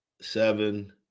seven